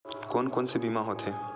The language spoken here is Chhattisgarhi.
कोन कोन से बीमा होथे?